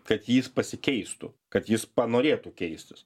kad jis pasikeistų kad jis panorėtų keistis